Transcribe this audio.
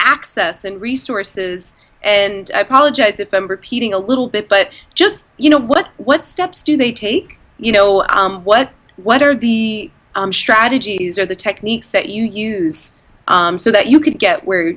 access and resources and apologize if i'm repeating a little bit but just you know what what steps do they take you know what what are the strategies or the techniques that you use so that you can get where